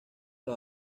los